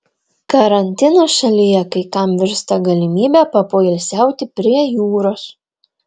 karantinas šalyje kai kam virsta galimybe papoilsiauti prie jūros